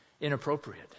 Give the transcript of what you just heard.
inappropriate